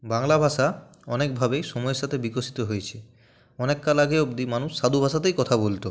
বাংলা ভাষা অনেকভাবেই সময়ের সাথে বিকশিত হয়েছে অনেক কাল আগে অবধি মানুষ সাধু ভাষাতেই কথা বলত